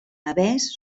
navès